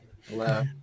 Hello